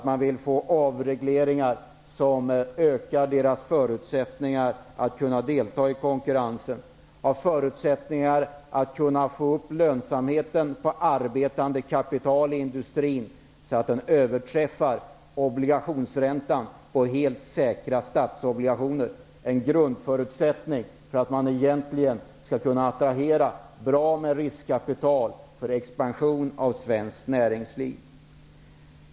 Man vill få avregleringar som ökar förutsättningarna att delta i konkurrensen och att få förutsättningar att få upp lönsamheten på arbetande kapital i industrin så att den överträffar obligationsräntan och helt säkra statsobligationer. Detta är en grundförutsättning för att man egentligen skall kunna attrahera med bra riskkapital för expansion av svenskt näringsliv.